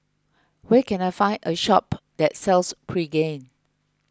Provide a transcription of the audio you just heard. where can I find a shop that sells Pregain